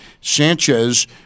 Sanchez